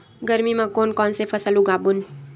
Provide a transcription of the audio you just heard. गरमी मा कोन कौन से फसल उगाबोन?